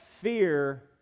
fear